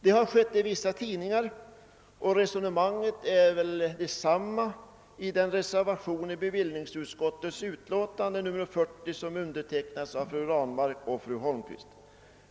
Det har skett i vissa tidningar, och resonemanget är detsamma i den reservation till bevillningsutskottets betänkande nr 40 som undertecknats av fröken Ranmark och fru Holmqvist.